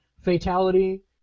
fatality